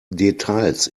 details